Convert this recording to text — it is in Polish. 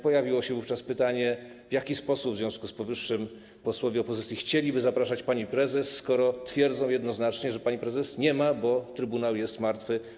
Pojawiło się wówczas pytanie, w jaki sposób w związku z powyższym posłowie opozycji chcieliby zapraszać panią prezes, skoro twierdzą jednoznacznie, że pani prezes nie ma, bo trybunał jest martwy.